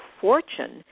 Fortune